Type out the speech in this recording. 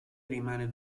rimane